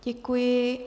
Děkuji.